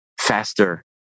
faster